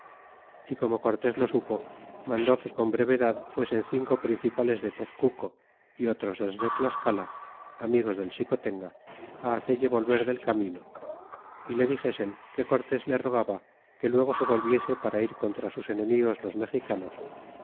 é como cortés lo supo mandó que con brevedad fuesen cinco principales de tezcuco y otros dos de tlascala amigos del xicotenga hacelle volver del camino y le dixesen que cortés le rogaba que luego se volviese para ir contra sus enemigos los mexicanos